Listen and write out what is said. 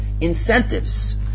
incentives